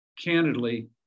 candidly